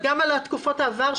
דיברנו על זה קודם, בהכנה לדיון.